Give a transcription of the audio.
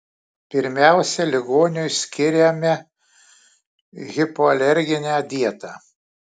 pirmiausia ligoniui skiriame hipoalerginę dietą